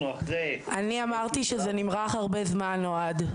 אחרי --- אני אמרתי שזה נמרח הרבה זמן אוהד.